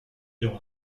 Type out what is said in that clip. durant